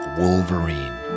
Wolverine